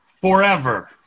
forever